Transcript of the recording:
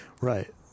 Right